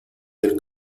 del